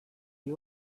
the